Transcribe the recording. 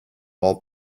all